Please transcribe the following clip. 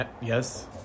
Yes